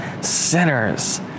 sinners